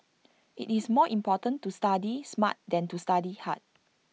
IT is more important to study smart than to study hard